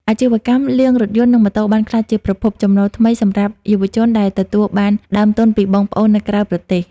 អាជីវកម្មលាងរថយន្ត និងម៉ូតូបានក្លាយជាប្រភពចំណូលថ្មីសម្រាប់យុវជនដែលទទួលបានដើមទុនពីបងប្អូននៅក្រៅប្រទេស។